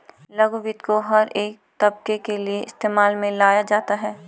लघु वित्त को हर एक तबके के लिये इस्तेमाल में लाया जाता है